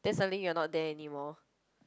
then suddenly you're not there anymore